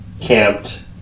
camped